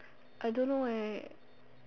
I don't know eh